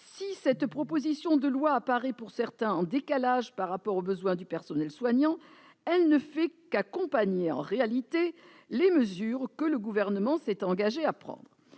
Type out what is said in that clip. Si cette proposition de loi apparaît pour certains en décalage par rapport aux besoins du personnel soignant, elle ne fait qu'accompagner en réalité les mesures que le Gouvernement s'est engagé à prendre.